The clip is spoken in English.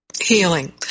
healing